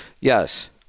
Yes